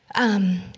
um,